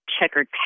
checkered